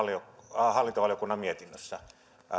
hallintovaliokunnan mietinnössä